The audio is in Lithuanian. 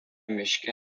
miške